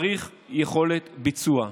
צריך יכולת ביצוע.